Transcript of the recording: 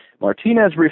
Martinez